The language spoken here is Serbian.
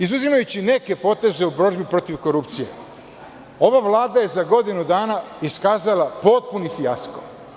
Izuzimajući neke poteze u borbi protiv korupcije, ova vlada je za godinu dana iskazala potpuni fijasko.